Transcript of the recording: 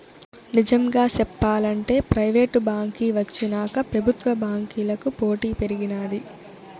నిజంగా సెప్పాలంటే ప్రైవేటు బాంకీ వచ్చినాక పెబుత్వ బాంకీలకి పోటీ పెరిగినాది